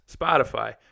Spotify